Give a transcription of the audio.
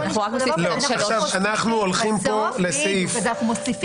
אנחנו רק מוסיפים.